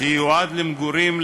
שייועד למגורים,